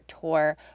tour